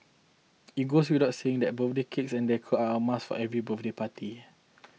it goes without saying that birthday cakes and decor are a must for every birthday party